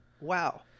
Wow